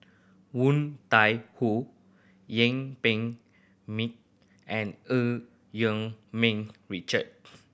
Woon Tai Ho Yuen Peng and Eu Yee Ming Richard